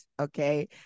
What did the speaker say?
okay